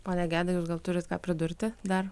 pone geda jūs gal turit ką pridurti dar